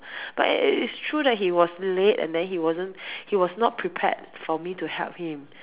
but its true that he was late and then he wasn't he was not prepared for me to help him